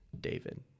David